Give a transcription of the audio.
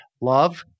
love